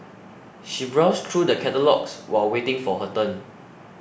she browsed through the catalogues while waiting for her turn